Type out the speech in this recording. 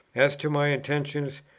as to my intentions,